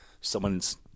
someone's